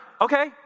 okay